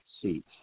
seats